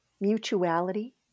mutuality